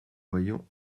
voyons